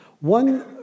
One